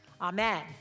amen